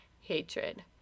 hatred